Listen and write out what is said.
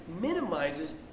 minimizes